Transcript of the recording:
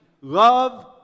Love